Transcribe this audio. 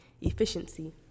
efficiency